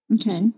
Okay